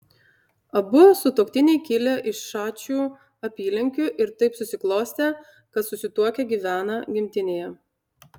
abu sutuoktiniai kilę iš šačių apylinkių ir taip susiklostė kad susituokę gyvena gimtinėje